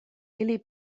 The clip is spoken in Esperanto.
ili